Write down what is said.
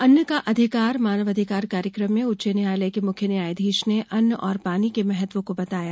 अन्न का अधिकार मानव अधिकार कार्यक्रम में उच्च न्यायालय के मुख्य न्यायाधीश ने अन्न और पानी के महत्व को बताया